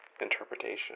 interpretation